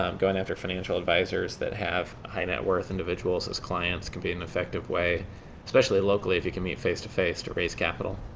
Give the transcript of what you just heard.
um going after financial advisers that have high net worth individuals as clients can be an effective way especially locally if you can meet face to face to raise capital.